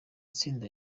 tsinda